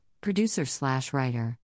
producer-slash-writer